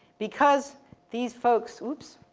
because these folks, oops,